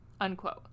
unquote